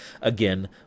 Again